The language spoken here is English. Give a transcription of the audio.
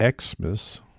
Xmas